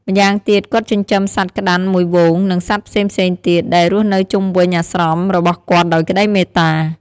ម្យ៉ាងទៀត គាត់ចិញ្ចឹមសត្វក្ដាន់មួយហ្វូង និងសត្វផ្សេងៗទៀត ដែលរស់នៅជុំវិញអាស្រមរបស់គាត់ដោយក្ដីមេត្តា។